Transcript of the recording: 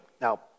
Now